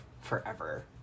Forever